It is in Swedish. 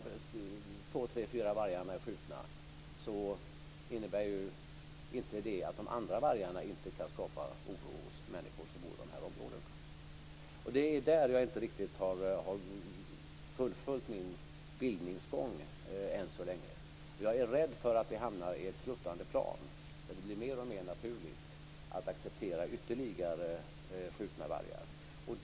Att tre fyra vargar är skjutna innebär ju inte att de andra vargarna inte kan skapa oro hos människor som bor i de här områdena. Det är här som jag inte riktigt har fullföljt min bildningsgång än så länge. Jag är rädd för att vi hamnar på ett sluttande plan, där det blir mer och mer naturligt att acceptera ytterligare ett antal skjutna vargar.